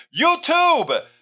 YouTube